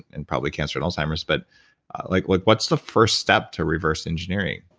and probably cancer and alzheimer's, but like like what's the first step to reverse engineering?